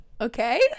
Okay